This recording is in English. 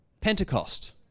Pentecost